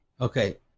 Okay